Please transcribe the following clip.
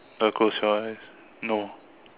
wanna close your eyes no